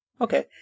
okay